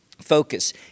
focus